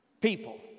people